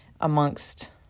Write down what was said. amongst